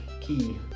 Key